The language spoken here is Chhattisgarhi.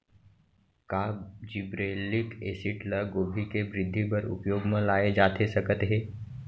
का जिब्रेल्लिक एसिड ल गोभी के वृद्धि बर उपयोग म लाये जाथे सकत हे?